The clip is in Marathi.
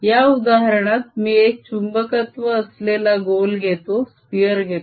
या उदाहरणात मी एक चुंबकत्व असलेला गोल घेतो